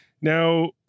Now